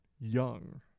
Young